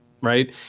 right